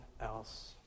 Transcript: else